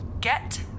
Get